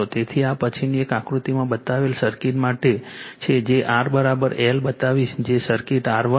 તેથી આ પછીની એક આકૃતિમાં બતાવેલ સર્કિટ માટે છે જે R1I બતાવીશ કે સર્કિટ R1 0